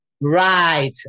Right